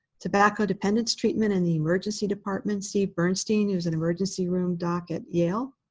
tobacco dependence treatment in the emergency department steve bernstein, who's an emergency room doc at yale,